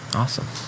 awesome